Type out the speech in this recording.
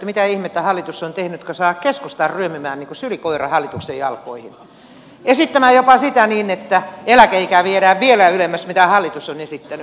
mitä ihmettä hallitus on tehnyt kun saa keskustan ryömimään kuin sylikoira hallituksen jalkoihin esittämään jopa sitä että eläkeikä viedään vielä ylemmäs kuin hallitus on esittänyt